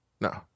No